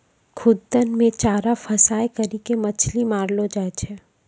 खुद्दन मे चारा फसांय करी के मछली मारलो जाय छै